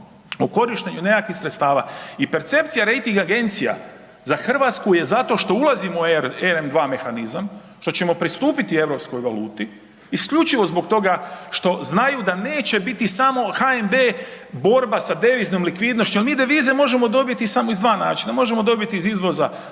o korištenju nekakvih sredstava i percepcija rejting agencija za Hrvatsku je zato što ulazimo u ERM 2 mehanizam, što ćemo pristupiti europskoj valuti isključivo zbog toga što znaju da neće biti samo HND borba sa deviznom likvidnošću jer mi devize možemo dobiti samo iz dva načina, možemo dobiti iz izvoza roba